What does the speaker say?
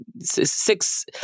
six